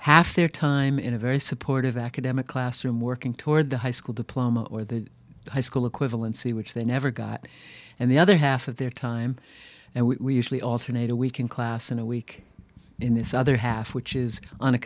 half their time in a very supportive academic classroom working toward the high school diploma or the high school equivalency which they never got and the other half of their time and we usually alternate a week in class in a week in this other half which is on a